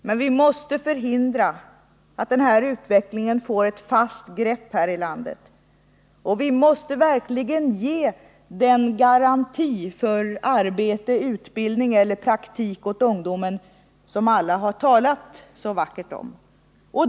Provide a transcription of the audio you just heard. Men vi måste förhindra att den tendensen får ett fast grepp om utvecklingen i vårt land. Vi måste verkligen ge den garanti för arbete, utbildning eller praktik åt ungdomen som alla talat så vackert om.